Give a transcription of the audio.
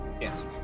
Yes